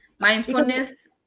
mindfulness